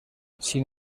sin